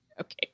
okay